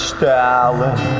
Stalin